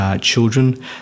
Children